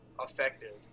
effective